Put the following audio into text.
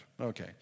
Okay